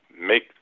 make